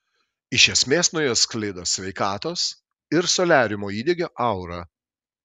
iš esmės nuo jos sklido sveikatos ir soliariumo įdegio aura